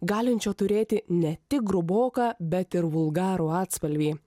galinčio turėti ne tik gruboką bet ir vulgarų atspalvį